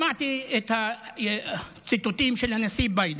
שמעתי את הציטוטים של הנשיא ביידן,